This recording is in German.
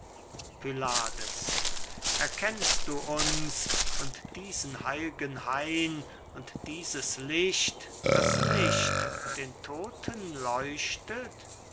pylades erkennst du uns und diesen heil'gen hain und dieses licht das nicht den todten leuchtet